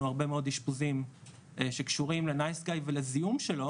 הרבה מאוד אשפוזים שקשורים לנייס גאי ולזיהום שלו